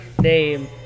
name